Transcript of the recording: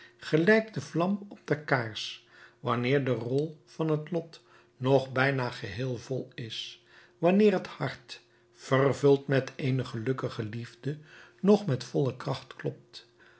gelijk de vlam op de kaars wanneer de rol van het lot nog bijna geheel vol is wanneer het hart vervuld met eene gelukkige liefde nog met volle kracht klopt